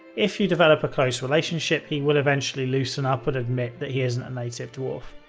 if you develop a close relationship, he will eventually loosen up and admit that he isn't native dwarf.